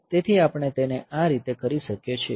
તેથી આપણે તેને આ રીતે કરી શકીએ છીએ